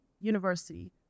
University